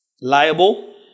liable